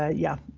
ah yeah,